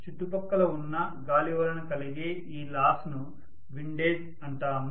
చుట్టుపక్కల ఉన్న గాలి వలన కలిగే ఈ లాస్ ను విండేజ్ అంటాము